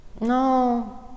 No